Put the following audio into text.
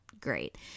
great